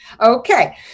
Okay